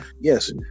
yes